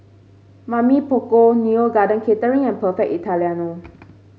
Mamy Poko Neo Garden Catering and Perfect Italiano